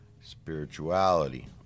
spirituality